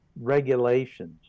regulations